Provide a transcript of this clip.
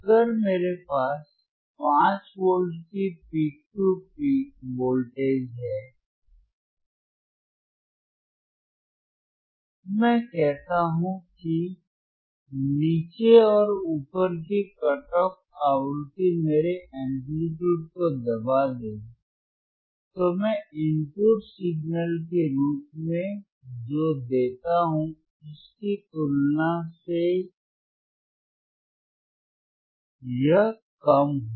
अगर मेरे पास 5 वोल्ट की पीक तू पीक वोल्टेज है तो जब मैं कहता हूं कि नीचे और ऊपर की कट ऑफ आवृत्ति मेरे एम्पलीटूड को दबा देगी तो मैं इनपुट सिग्नल के रूप में जो देता हूं उसकी तुलना में यह कम होगा